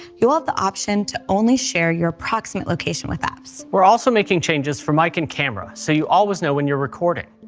you have the option to only share your approximate location with apps. we're also making changes from hiking like and camera so you always know when you're recording.